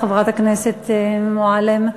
חברת הכנסת מועלם.